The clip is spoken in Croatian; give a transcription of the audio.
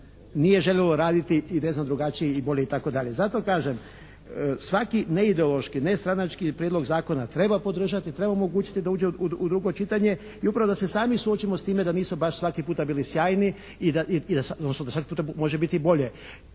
nije željelo raditi i ne znam drugačije i bolje i tako dalje. Zato kažem svaki neideološki, nestranački prijedlog zakona treba podržati. Treba mu omogućiti da uđe u drugo čitanje i upravo da se sami suočimo sa time da nismo baš svaki puta bili sjajni i da, odnosno da svaki puta može biti bolje.